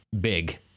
big